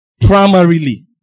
primarily